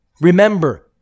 Remember